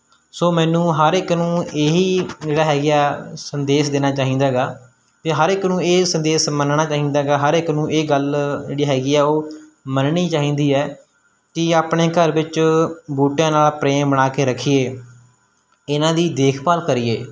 ਸੋ ਮੈਨੂੰ ਹਰ ਇੱਕ ਨੂੰ ਇਹੀ ਜਿਹੜਾ ਹੈਗੀ ਆ ਸੰਦੇਸ਼ ਦੇਣਾ ਚਾਹੀਦਾ ਹੈਗਾ ਅਤੇ ਹਰ ਇੱਕ ਨੂੰ ਇਹ ਸੰਦੇਸ਼ ਮੰਨਣਾ ਚਾਹੀਦਾ ਹੈਗਾ ਹਰ ਇੱਕ ਨੂੰ ਇਹ ਗੱਲ ਜਿਹੜੀ ਹੈਗੀ ਆ ਉਹ ਮੰਨਣੀ ਚਾਹੀਦੀ ਹੈ ਕਿ ਆਪਣੇ ਘਰ ਵਿੱਚ ਬੂਟਿਆਂ ਨਾਲ ਪ੍ਰੇਮ ਬਣਾ ਕੇ ਰੱਖੀਏ ਇਹਨਾਂ ਦੀ ਦੇਖਭਾਲ ਕਰੀਏ